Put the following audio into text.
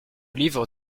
livre